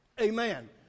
Amen